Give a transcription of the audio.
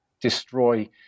destroy